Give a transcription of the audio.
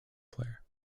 player